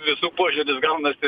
visų požiūris gaunasi